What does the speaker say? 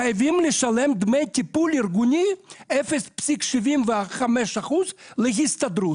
חייבים לשלם דמי טיפול ארגוני 0.75% להסתדרות,